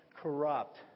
corrupt